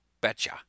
Betcha